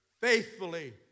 faithfully